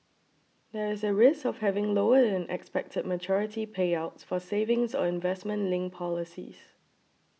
there is a risk of having lower than expected maturity payouts for savings or investment linked policies